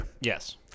Yes